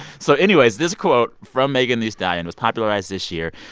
so anyways, this quote from megan thee stallion was popularized this year.